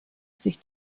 sich